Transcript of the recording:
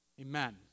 Amen